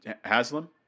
Haslam